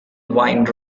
wine